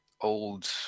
old